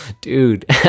Dude